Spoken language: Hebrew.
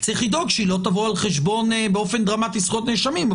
צריך לדאוג שהיא לא תבוא באופן דרמטי על חשבון זכויות נאשמים,